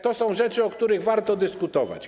To są rzeczy, o których warto dyskutować.